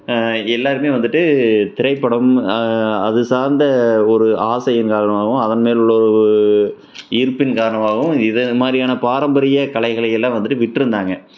எல்லோருமே வந்துவிட்டு திரைப்படம் அது சார்ந்த ஒரு ஆசையின் காரணமாகவும் அதன்மேல் உள்ள ஒரு ஈர்ப்பின் காரணமாகவும் இது மாதிரியான பாரம்பரிய கலைகளையெல்லாம் வந்துவிட்டு விட்டுருந்தாங்க